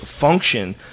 function